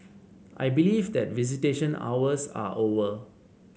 I believe that visitation hours are over